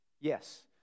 Yes